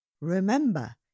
Remember